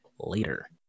later